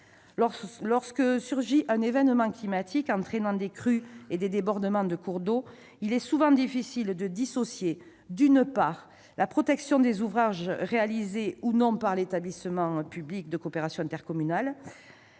Lorsque surgit un événement climatique entraînant des crues et des débordements de cours d'eau, il est souvent difficile de dissocier, d'une part, la protection des ouvrages réalisés ou non par l'établissement public de coopération intercommunale